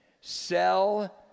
sell